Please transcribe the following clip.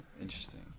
Interesting